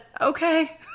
okay